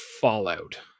fallout